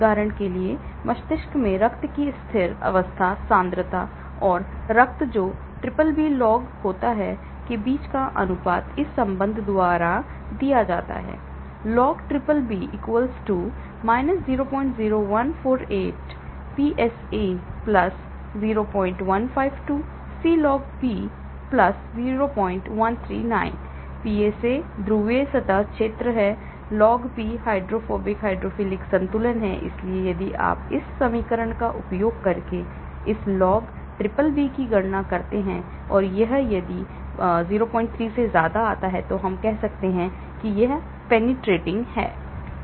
उदाहरण के लिए मस्तिष्क में रक्त की स्थिर अवस्था सांद्रता और रक्त जो BBB लॉग होता है के बीच का अनुपात इस संबंध द्वारा दिया जाता है Log BBB 00148 PSA 0152 ClogP0139 PSA ध्रुवीय सतह क्षेत्र है LogP हाइड्रोफोबिक हाइड्रोफिलिक संतुलन है इसलिए यदि आप इस समीकरण का उपयोग करके इस लॉग BBB की गणना करते हैं यदि यह 03 है तो हम कह सकते हैं कि वे भेदनेवाला हैं